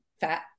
fat